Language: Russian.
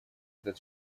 этот